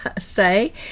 say